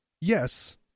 yes